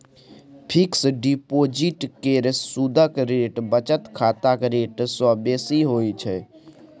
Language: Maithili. फिक्स डिपोजिट केर सुदक रेट बचत खाताक रेट सँ बेसी होइ छै